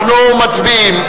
אנחנו מצביעים.